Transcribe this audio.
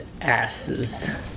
asses